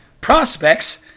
prospects